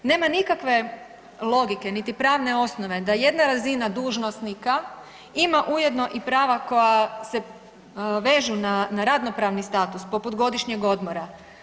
Nema nikakve logike niti pravne osnove da jedna razina dužnosnika ima ujedno i prava koja se vežu na radno pravni status poput godišnjeg odmora.